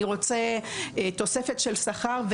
אני רוצה תוספת של שכר,